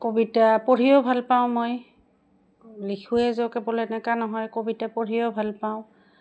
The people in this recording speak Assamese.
কবিতা পঢ়িও ভাল পাওঁ মই লিখুৱেই যে কেৱল এনেকা নহয় কবিতা পঢ়িও ভাল পাওঁ